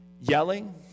yelling